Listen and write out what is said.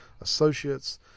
associates